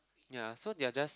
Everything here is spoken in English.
ya so they are just